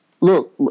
look